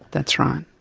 that's right.